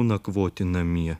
nakvoti namie